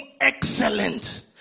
excellent